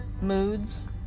moods